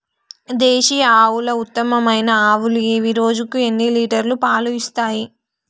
దేశీయ ఆవుల ఉత్తమమైన ఆవులు ఏవి? రోజుకు ఎన్ని లీటర్ల పాలు ఇస్తాయి?